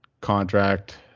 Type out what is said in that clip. contract